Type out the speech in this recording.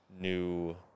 new